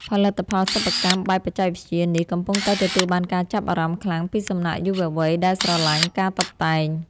ផលិតផលសិប្បកម្មបែបបច្ចេកវិទ្យានេះកំពុងតែទទួលបានការចាប់អារម្មណ៍ខ្លាំងពីសំណាក់យុវវ័យដែលស្រឡាញ់ការតុបតែង។